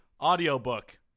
audiobook